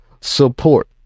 support